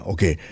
Okay